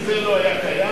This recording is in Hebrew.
אם זה לא היה קיים,